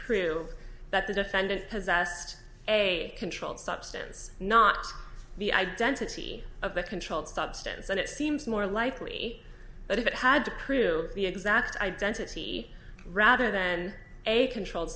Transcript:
prove that the defendant possessed a controlled substance not the identity of a controlled substance and it seems more likely that if it had to prove the exact identity rather than a controlled